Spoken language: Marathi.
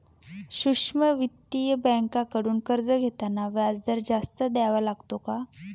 सूक्ष्म वित्तीय बँकांकडून कर्ज घेताना व्याजदर जास्त द्यावा लागतो का?